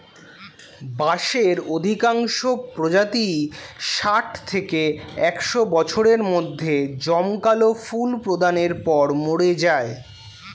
বাঁশের অধিকাংশ প্রজাতিই ষাট থেকে একশ বছরের মধ্যে জমকালো ফুল প্রদানের পর মরে যায়